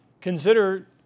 Consider